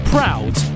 Proud